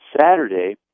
Saturday